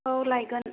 औ लायगोन